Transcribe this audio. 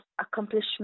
accomplishment